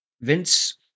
Vince